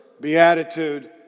beatitude